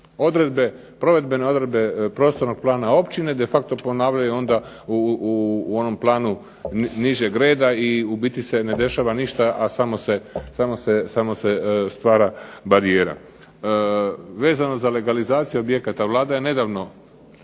odredbe, provedbene odredbe prostornog plana općine de facto ponavljaju onda u onom planu nižeg reda i u biti se ne dešava ništa, a samo se stvara barijera. Vezano za legalizaciju objekata, Vlada je nedavno